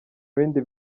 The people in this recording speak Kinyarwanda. ibindi